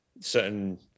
Certain